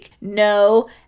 no